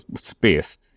space